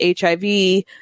HIV